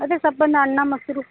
ಅದೇ ಸಪ್ಪನ್ನ ಅನ್ನ ಮೊಸ್ರು